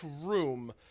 room